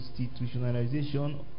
institutionalization